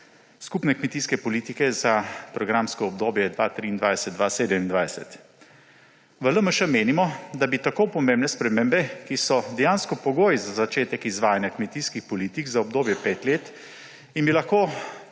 skupne kmetijske politike za programsko obdobje 2023−2027. V LMŠ menimo, da bi tako pomembne spremembe, ki so dejansko pogoj za začetek izvajanja kmetijskih politik za obdobje petih let in bi lahko